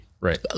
Right